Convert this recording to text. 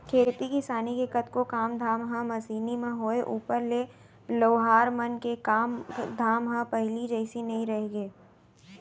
खेती किसानी के कतको काम धाम ह मसीनी म होय ऊपर ले लोहार मन के काम धाम ह पहिली जइसे नइ रहिगे